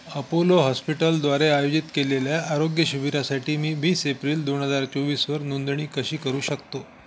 Apollo हॉस्पिटलद्वारे आयोजित केलेल्या आरोग्य शिबिरासाठी मी वीस एप्रिल दोन हजार चोवीसवर नोंदणी कशी करू शकतो